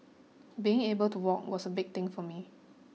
being able to walk was a big thing for me